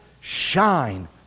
shine